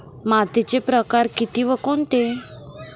मातीचे प्रकार किती व कोणते?